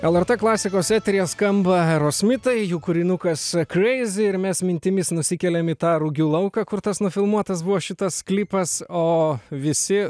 lrt klasikos eteryje skamba aerosmitai jų kūrinukas crazy ir mes mintimis nusikeliam į tą rugių lauką kur tas nufilmuotas buvo šitas klipas o visi